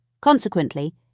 Consequently